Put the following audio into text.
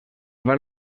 van